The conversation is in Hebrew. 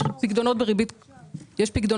ישנם פיקדונות בריבית קבועה,